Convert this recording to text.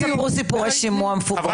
אל תספרו סיפורי שימוע מפוברק.